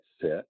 set